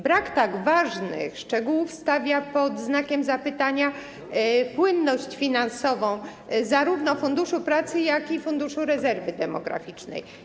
Brak tak ważnych szczegółów stawia pod znakiem zapytania płynność finansową zarówno Funduszu Pracy, jak i Funduszu Rezerwy Demograficznej.